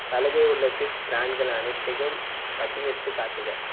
சலுகை உள்ள சிப்ஸ் ப்ராண்ட்கள் அனைத்தையும் பட்டியலிட்டுக் காட்டுக